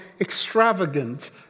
extravagant